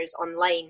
online